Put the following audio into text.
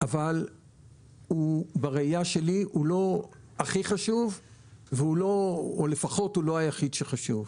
אבל בראייה שלי הוא לא הכי חשוב או לפחות הוא לא היחיד שחשוב.